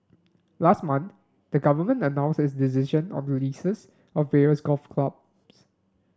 last month the government announced its decision on the leases of various golf clubs